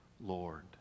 Lord